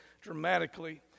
dramatically